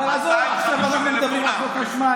עזוב, עכשיו אנחנו מדברים על חוק החשמל.